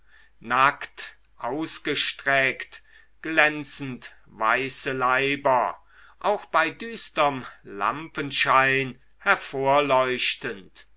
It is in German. nackt ausgestreckt glänzend weiße leiber auch bei düsterm lampenschein